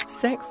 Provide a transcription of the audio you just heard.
sex